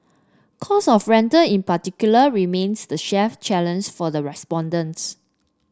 cost of rental in particular remains the chef challenge for the respondents